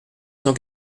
cent